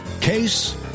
case